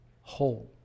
whole